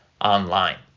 online